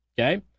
Okay